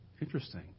Interesting